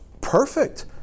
perfect